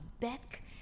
Beck